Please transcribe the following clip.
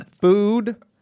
food